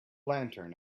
lantern